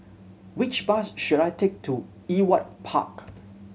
which bus should I take to Ewart Park